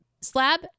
slab